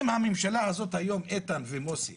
אם הממשלה הזאת, איתן ומוסי